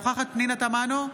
אינה נוכחת פנינה תמנו,